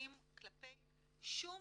לנתונים כלפי שום